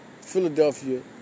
Philadelphia